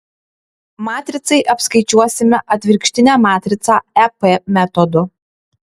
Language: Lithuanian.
matricai apskaičiuosime atvirkštinę matricą ep metodu